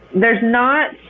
there's not